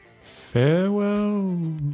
Farewell